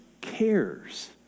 cares